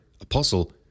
apostle